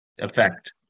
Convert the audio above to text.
effect